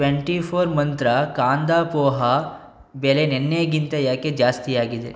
twenty four Mantra kanda poha ಬೆಲೆ ನೆನ್ನೆಗಿಂತ ಯಾಕೆ ಜಾಸ್ತಿಯಾಗಿದೆ